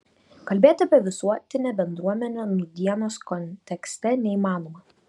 kalbėti apie visuotinę bendruomenę nūdienos kontekste neįmanoma